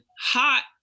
hot